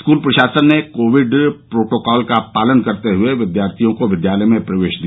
school प्रशासन ने Covid protocol का पालन करते हुए विद्यार्थियों को विद्यालय में प्रवेश दिया